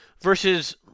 versus